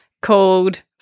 called